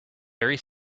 harry